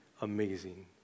amazing